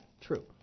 true